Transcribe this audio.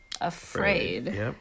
afraid